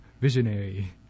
visionary